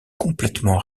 complètement